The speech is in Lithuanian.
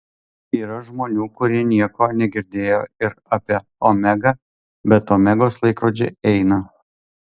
yra žmonių kurie nieko negirdėjo ir apie omegą bet omegos laikrodžiai eina